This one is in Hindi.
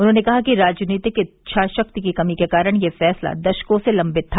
उन्होंने कहा कि राजनीतिक इच्छाशक्ति की कमी के कारण यह फैसला दशकों से लम्बित था